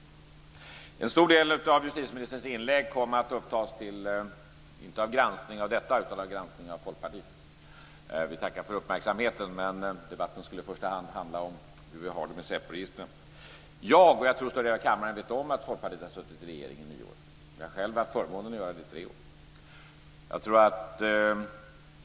En stor del av justitieministerns inlägg kom att upptas av granskning, inte av detta, utan av granskning av Folkpartiet. Vi tackar för uppmärksamheten, men debatten skulle i första hand handla om hur vi har det med SÄPO-registren. Jag, och större delen av kammaren, vet om att Folkpartiet har suttit i regeringen i nio år. Jag har själv haft förmånen att göra det i tre år.